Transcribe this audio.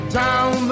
down